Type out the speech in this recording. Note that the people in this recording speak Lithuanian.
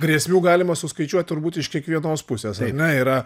grėsmių galima suskaičiuot turbūt iš kiekvienos pusės ar ne yra